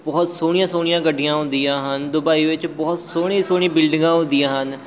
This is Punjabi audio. ਬਹੁਤ ਸੋਹਣੀਆਂ ਸੋਹਣੀਆਂ ਗੱਡੀਆਂ ਹੁੰਦੀਆਂ ਹਨ ਦੁਬਈ ਵਿੱਚ ਬਹੁਤ ਸੋਹਣੀ ਸੋਹਣੀ ਬਿਲਡਿੰਗਾਂ ਹੁੰਦੀਆਂ ਹਨ